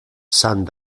sant